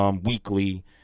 weekly